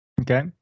okay